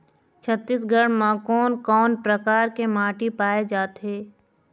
छत्तीसगढ़ म कोन कौन प्रकार के माटी पाए जाथे?